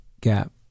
Gap